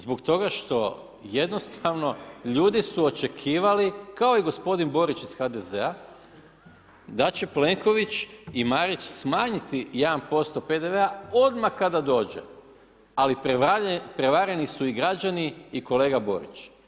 Zbog toga što jednostavno ljudi su očekivali kao i g. Borić iz HDZ-a da će Plenković i Marić smanjiti 1% PDV-a odmah kada dođe, ali prevareni su i građani i kolega Borić.